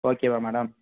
ஓகேவா மேடம்